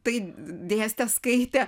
tai dėstė skaitė